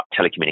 telecommunications